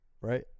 Right